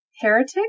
Heretic